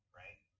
right